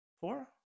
Four